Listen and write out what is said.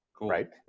right